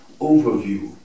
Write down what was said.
overview